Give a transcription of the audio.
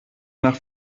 nach